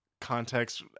context